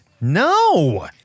No